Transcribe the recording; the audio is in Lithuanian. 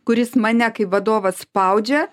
kuris mane kai vadovas spaudžia